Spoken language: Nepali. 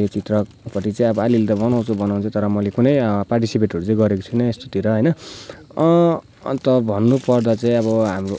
यो चित्र कति चाहिँ अलिअलि त बनाउँछु बनाउनु होइन तर कुनै पार्टिसिपेटहरू चाहिँ गरेको छुइनँ यस्तोतिर होइन अन्त भन्नुपर्दा चाहिँ अब हाम्रो